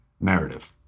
narrative